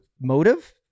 motive